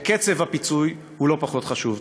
לכן קצב הפיצוי הוא לא פחות חשוב.